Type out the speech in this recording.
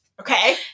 Okay